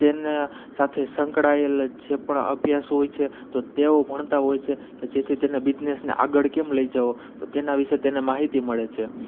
તેના સાથે સંકળાયેલ જે પણ અભ્યાસ હોય છે તો તેઓ ભણતા હોય છે કે જેથી તેને બિઝનેસને આગળ કેમ લઈ જવો તો તેના વિષે તેને માહિતી મળે છે